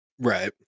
Right